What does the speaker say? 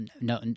no